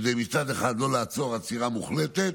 מצד אחד כדי לא לעצור עצירה מוחלטת,